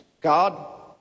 God